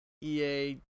EA